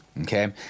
Okay